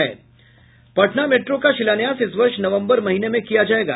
Patna metro का शिलान्यास इस वर्ष नवंबर महीने में किया जायेगा